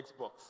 Xbox